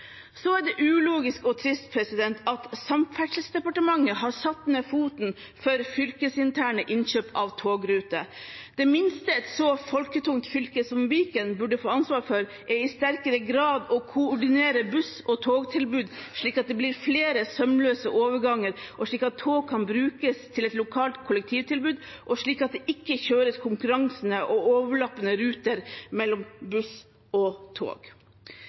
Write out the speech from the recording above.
Så er det ulogisk og trist at Samferdselsdepartementet har satt ned foten for fylkesinterne innkjøp av togruter. Det minste et så folketungt fylke som Viken burde få ansvaret for, er i sterkere grad å koordinere buss- og togtilbud slik at det blir flere sømløse overganger, slik at tog kan brukes til et lokalt kollektivtilbud, og slik at det ikke kjøres konkurrerende og overlappende ruter mellom buss og tog.